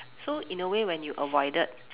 so in a way when you avoided